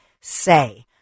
say